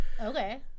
Okay